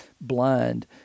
blind